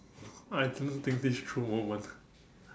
I didn't think this through moment